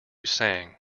sang